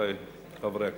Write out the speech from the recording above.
רבותי חברי הכנסת,